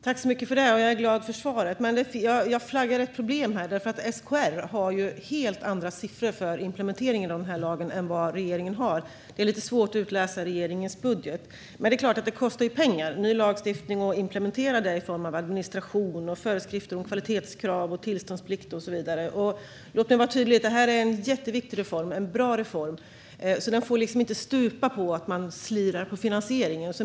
Herr talman! Jag är glad för svaret. Men jag flaggar för ett problem här, eftersom SKR har helt andra siffror än regeringen för implementeringen av denna lag. Det är lite svårt att utläsa av regeringens budget. Men det är klart att det kostar pengar med ny lagstiftning och implementering av den i form av administration och föreskrifter om kvalitetskrav, tillståndsplikt och så vidare. Låt mig vara tydlig. Detta är en jätteviktig reform och en bra reform. Och den får inte stupa på att man slirar på finansieringen.